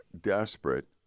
desperate